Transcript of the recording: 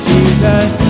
Jesus